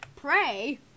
Pray